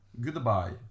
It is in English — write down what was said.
goodbye